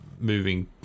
moving